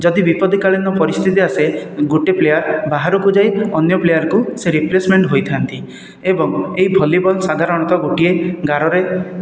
ଯଦି ବିପଦି କାଳୀନ ପରିସ୍ଥିତି ଆସେ ଗୋଟିଏ ପ୍ଲେୟାର ବାହାରକୁ ଯାଇ ଅନ୍ୟ ପ୍ଲେୟାରକୁ ସେ ରିପ୍ଲେସମେଣ୍ଟ ହୋଇଥାନ୍ତି ଏବଂ ଏହି ଭଲିବଲ୍ ସାଧାରଣତଃ ଗୋଟିଏ ଗାରରେ